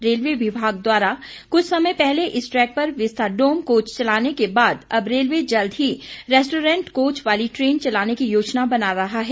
railway विभाग द्वारा कुछ समय पहले इस ट्रैक पर विस्ताडोम कोच चलाने के बाद अब रेलवे जल्द ही रेस्टोरेंट कोच वाली ट्रेन चलाने की योजना बना रहा है